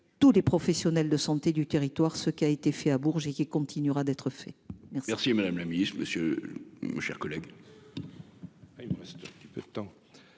tous les professionnels de santé du territoire, ce qui a été fait à Bourges et qui continuera d'être fait. Merci, madame la Ministre, Monsieur, mon cher collègue.--